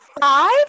Five